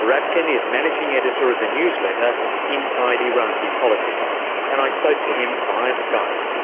rabkin is managing editor of the newsletter inside iraqi politics and i spoke to him via skype.